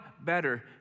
better